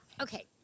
Okay